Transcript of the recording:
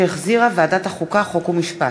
שהחזירה ועדת החוקה, חוק ומשפט.